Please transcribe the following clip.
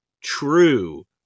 true